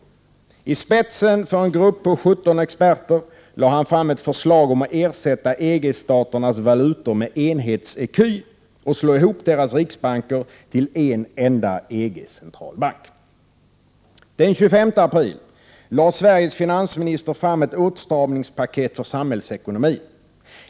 I spetsen för en grupp på 17 experter lade han fram ett förslag om att ersätta EG-staternas valutor med en enhets-ECU och att slå ihop EG:s riksbanker till en enda EG-centralbank. Den 25 april lade Sveriges finansminister fram ett åtstramningspaket för samhällsekonomin.